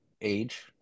age